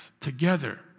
together